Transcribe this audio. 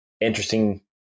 interesting